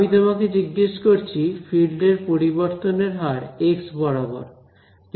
আমি তোমাকে জিজ্ঞেস করছি ফিল্ড এর পরিবর্তনের হার এক্স বরাবর